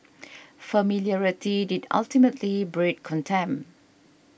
familiarity did ultimately breed contempt